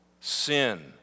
sin